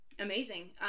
amazing